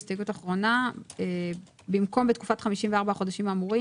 הסתייגות אחרונה במקום בתקופת 54 החודשים האמורים,